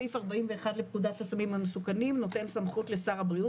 סעיף 41 לפקודת הסמים המסוכנים נותן סמכות לשר הבריאות